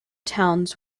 towns